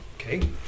Okay